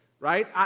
right